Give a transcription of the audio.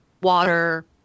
water